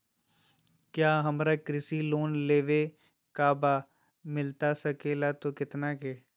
क्या हमारा कृषि लोन लेवे का बा मिलता सके ला तो कितना के?